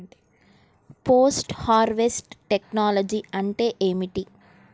Post harvest technology అంటే ఏమిటి?